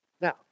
Now